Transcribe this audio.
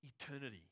eternity